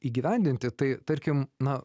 įgyvendinti tai tarkim na